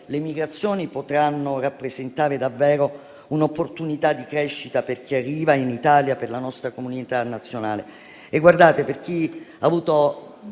le immigrazioni potranno rappresentare davvero un'opportunità di crescita per chi arriva in Italia e per la nostra comunità nazionale. Chi ha avuto